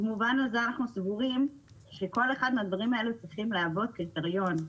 במובן הזה אנחנו סבורים שכל אחד מהדברים האלה צריכים להוות קריטריון.